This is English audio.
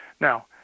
Now